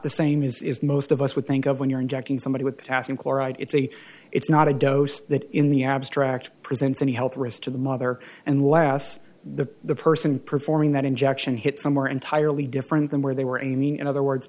the same is most of us would think of when you're injecting somebody with potassium chloride it's a it's not a dose that in the abstract prevents any health risk to the mother and less the the person performing that injection hit somewhere entirely different than where they were aiming in other words